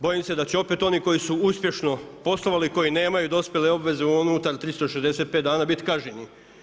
Bojim se da će opet oni koji su uspješno poslovali, koji nemaju dospjele unutar 365 dana biti kažnjeni.